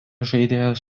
žaidėjas